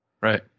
right